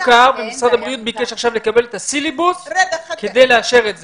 משרד הבריאות ביקש עכשיו לקבל את הסילבוס כדי לאשר את זה.